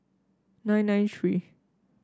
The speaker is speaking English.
nine nine three